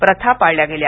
प्रथा पाळल्या गेल्या